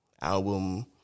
album